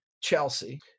Chelsea